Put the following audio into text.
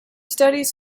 studies